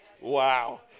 Wow